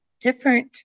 different